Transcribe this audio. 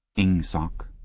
ingsoc.